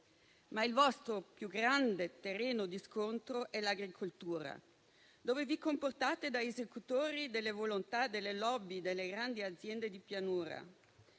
ma il vostro più grande terreno di scontro è l'agricoltura, in cui vi comportate da esecutori delle volontà delle *lobby* delle grandi aziende di pianura.